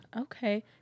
Okay